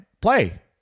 play